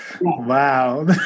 Wow